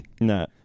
no